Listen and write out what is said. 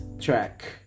track